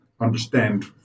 understand